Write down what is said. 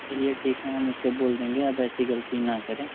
चलिए ठीक है हम उससे बोल देंगे अब ऐसी गलती ना करे